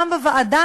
גם בוועדה,